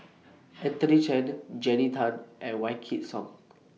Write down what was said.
Anthony Chen Jannie Tay and Wykidd Song